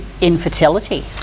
infertility